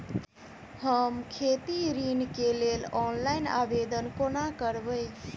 हम खेती ऋण केँ लेल ऑनलाइन आवेदन कोना करबै?